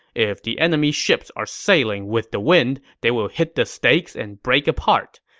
if the enemy ships are sailing with the wind, they will hit the stakes and break apart.